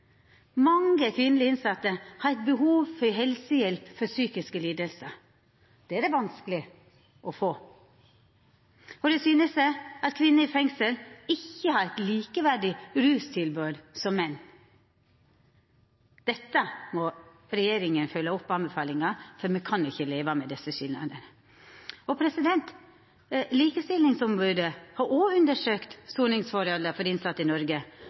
Mange kvinnelege innsette har behov for helsehjelp for psykiske lidingar. Det er det vanskeleg å få. Det syner seg at kvinner i fengsel ikkje har eit rustilbod likt det til menn. Her må regjeringa følgja opp anbefalinga, for me kan ikkje leva med desse skilnadene. Likestillingsombodet har òg undersøkt soningsforholda for innsette i Noreg,